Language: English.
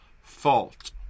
fault